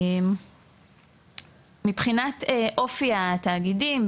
מבחינת אופי התאגידים,